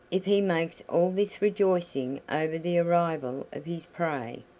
if he makes all this rejoicing over the arrival of his prey.